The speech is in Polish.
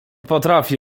potrafi